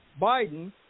Biden